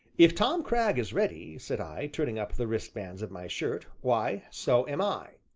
if tom cragg is ready, said i, turning up the wristbands of my shirt, why, so am i.